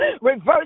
reverse